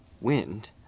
wind